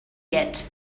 yet